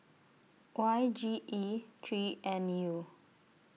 Y G E three N U